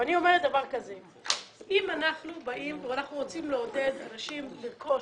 אני אומרת שאם אנחנו באים ורוצים לעודד אנשים לרכוש